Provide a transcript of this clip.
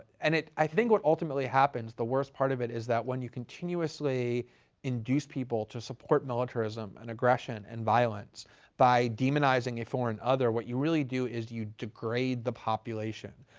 and i think what ultimately happens, the worst part of it, is that when you continuously induce people to support militarism and aggression and violence by demonizing a foreign other, what you really do is you degrade the population.